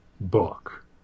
book